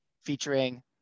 featuring